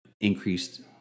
increased